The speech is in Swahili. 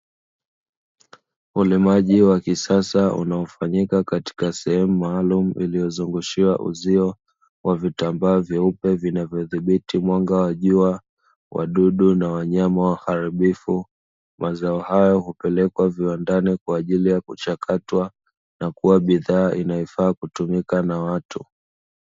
ulimaji wa kisasa unaofanyika katika sehemu maalum iliyozungushiwa uzio wa vitambaa vyeupe vinavyodhibiti mwanga wa jua, wadudu na Wanyama waharibifu, mazao hayo hupelekwa viwandani kwa ajili ya kuchakatwa na kuwa bidhaa inayofaa kutumika na watu.